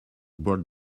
brought